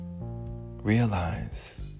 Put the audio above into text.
Realize